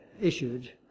issued